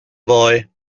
boy